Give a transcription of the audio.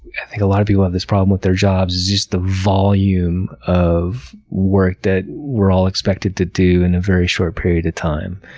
i think a lot of people have this problem with their jobs, is just the volume of work that we're all expected to do in a very short period of time,